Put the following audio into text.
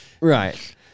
Right